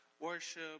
worship